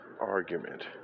argument